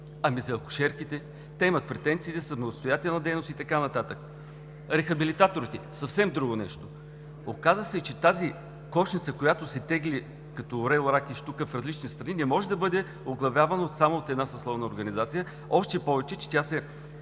Ами за акушерките? Те имат претенции за самостоятелна дейност и така нататък. Рехабилитаторите – съвсем друго нещо. Оказа се, че тази кошница, която се тегли като орел, рак и щука в различни страни, не може да бъде оглавявана само от една съсловна организация, още повече че тя се